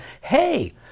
hey